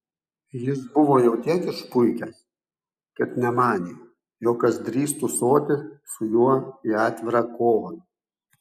jis buvo jau tiek išpuikęs kad nemanė jog kas drįstų stoti su juo į atvirą kovą